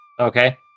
Okay